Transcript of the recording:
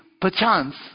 perchance